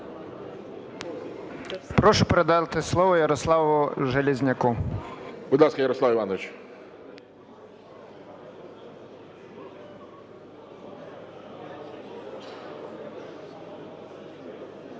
Прошу передати слово Ярославу Железняку. ГОЛОВУЮЧИЙ. Будь ласка, Ярослав Іванович.